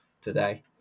today